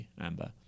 Amber